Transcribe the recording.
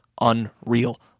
unreal